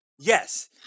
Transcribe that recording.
Yes